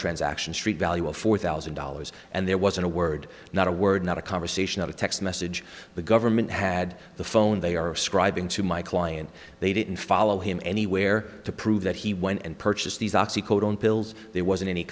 transaction street value of four thousand dollars and there wasn't a word not a word not a conversation of a text message the government had the phone they are scribing to my client they didn't follow him anywhere to prove that he went and purchased these oxy coat on pills there wasn't any